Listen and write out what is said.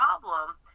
problem